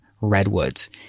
redwoods